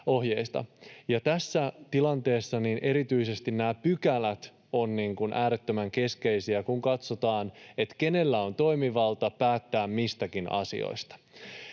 Tässä tilanteessa erityisesti nämä pykälät ovat äärettömän keskeisiä, kun katsotaan, kenellä on toimivalta päättää mistäkin asioista.